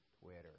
Twitter